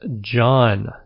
John